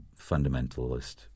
fundamentalist